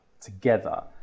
together